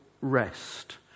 rest